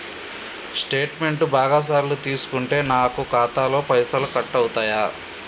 Statement బాగా సార్లు తీసుకుంటే నాకు ఖాతాలో పైసలు కట్ అవుతయా?